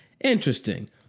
interesting